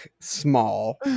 small